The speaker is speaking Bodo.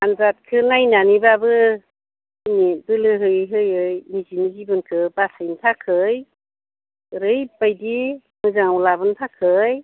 आनजादखौ नायनानै बाबो दिनै बोलो होयै होयै निजिनि जिबनखौ बासायनो थाखाय ओरैबादि मोजाङाव लाबोनो थाखाय